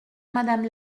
madame